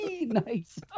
Nice